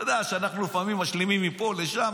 אתה יודע שלפעמים אנחנו משלימים מפה לשם,